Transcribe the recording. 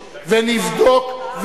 ונבדוק,